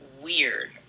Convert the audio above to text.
weird